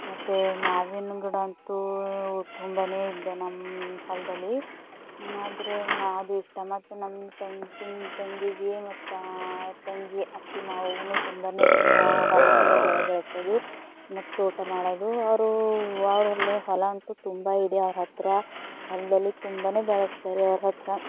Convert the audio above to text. ಮತ್ತು ಮಾವಿನ ಗಿಡ ಅಂತೂ ತುಂಬನೇ ಇದೆ ನಮ್ಮ ಹೊಲದಲ್ಲಿ ಆದರೂ ಅದು ನಮ್ಮ ತಂಗಿ ತಿಂಗ್ ತಂಗಿಗೆ ಮತ್ತು ತಂಗಿ ಅತ್ತೆ ಮಾವಗೂ ತುಂಬನೇ ಇಷ್ಟ ಹೊಲದಲ್ಲಿ ಬೆಳೆ ಬೆಳೆಸೋದು ಮತ್ತು ಊಟ ಮಾಡೋದು ಅವರು ಹೊಲ ಅಂತು ತುಂಬ ಇದೆ ಅವ್ರ ಹತ್ರ ಹೊಲದಲ್ಲಿ ತುಂಬನೇ ಬೆಳೆಸ್ತಾರೆ ಅವ್ರ ಹತ್ರ